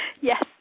Yes